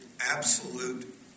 Absolute